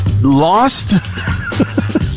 lost